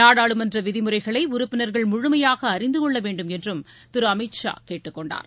நாடாளுமன்ற விதிமுறைகளை உறுப்பினர்கள் முழுமையாக அறிந்தகொள்ளவேண்டும் என்றும் திரு அமித் ஷா கேட்டுக்கொண்டார்